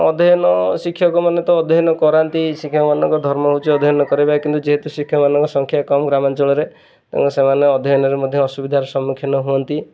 ଅଧ୍ୟୟନ ଶିକ୍ଷକମାନେ ତ ଅଧ୍ୟୟନ କରାନ୍ତି ଶିକ୍ଷକମାନଙ୍କ ଧର୍ମ ହେଉଛି ଅଧ୍ୟୟନ କରିବାରେ କିନ୍ତୁ ଯେହେତୁ ଶିକ୍ଷମାନଙ୍କ ସଂଖ୍ୟା କମ୍ ଗ୍ରାମାଞ୍ଚଳରେ ତେଣୁ ସେମାନେ ଅଧ୍ୟୟନରେ ମଧ୍ୟ ଅସୁବିଧାର ସମ୍ମୁଖୀନ ହୁଅନ୍ତି